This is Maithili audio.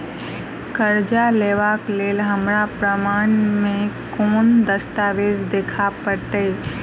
करजा लेबाक लेल हमरा प्रमाण मेँ कोन दस्तावेज देखाबऽ पड़तै?